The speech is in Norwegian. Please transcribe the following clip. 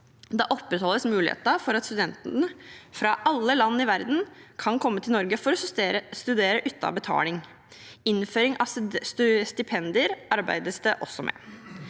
Da opprettholdes muligheten for studenter fra alle land i verden til å komme til Norge for å studere uten betaling. Innføring av stipender arbeides det også med.